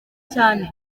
cyane